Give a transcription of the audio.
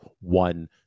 one